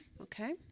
Okay